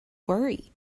worry